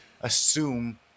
assume